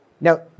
Now